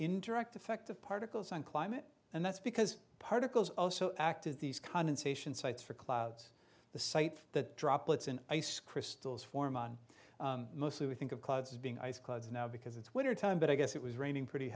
interact effect of particles on climate and that's because particles also act as these condensation sites for clouds the site that droplets in ice crystals form on mostly we think of clouds as being ice clouds now because it's winter time but i guess it was raining pretty